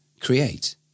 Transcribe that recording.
create